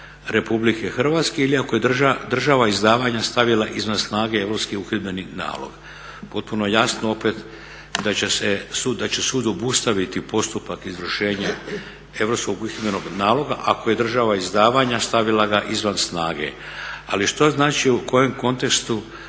Republike Hrvatske ili ako je država izdavanja stavila izvan snage europski uhidbeni nalog". Potpuno jasno opet da će sud obustaviti postupak izvršenja europskog uhidbenog naloga ako je država izdavanja stavila ga izvan snage. Ali što znači, u kojem kontekstu